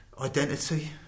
identity